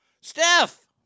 Steph